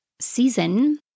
season